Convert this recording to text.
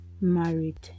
married